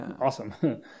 awesome